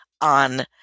on